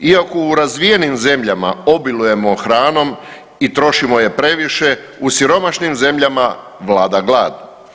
Iako u razvijenim zemljama obilujemo hranom i trošimo je previše u siromašnim zemljama vlada glad.